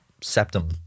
septum